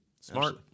Smart